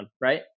right